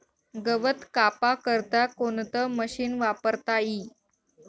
गवत कापा करता कोणतं मशीन वापरता ई?